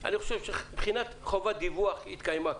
מבחינת חובת דיווח, היא התקיימה.